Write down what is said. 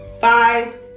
Five